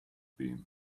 beam